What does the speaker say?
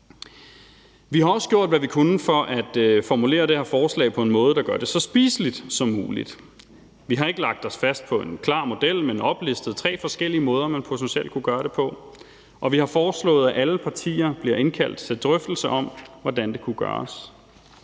Vi har også gjort, hvad vi kunne for at formulere det her forslag på en måde, der gør det så spiseligt som muligt. Vi har ikke lagt os fast på en klar model, men vi har oplistet tre forskellige måder, man potentielt kunne gøre det på, og vi har foreslået, at alle partier bliver indkaldt til en drøftelse om, hvordan det kunne gøres.